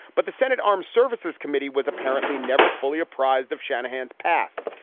but the senate armed services committee was apparently never fully apprised of shanahan's past.